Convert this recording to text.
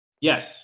Yes